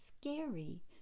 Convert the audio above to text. scary